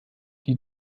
die